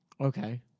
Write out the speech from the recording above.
Okay